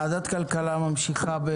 אני מתכבד לפתוח את ישיבת ועדת הכלכלה.